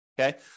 okay